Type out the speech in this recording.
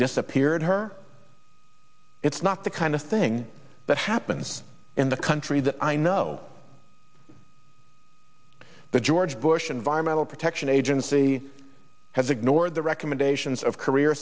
disappeared her it's not the kind of thing that happens in the country that i know the george bush environmental protection agency has ignored the recommendations of career